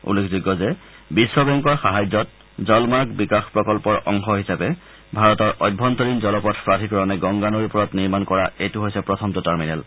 উল্লেখযোগ্য যে বিশ্ব বেংকৰ সাহায্যত জলমাৰ্গ বিকাশ প্ৰকল্পৰ অংশ হিচাপে ভাৰতৰ আভ্যন্তৰীণ জলপথ প্ৰাধিকৰণে গংগা নৈৰ ওপৰত নিৰ্মাণ কৰা এইটোৱে হৈছে প্ৰথমটো টাৰ্মিনেল